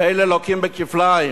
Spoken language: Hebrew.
ואלה לוקים כפליים,